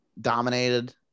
dominated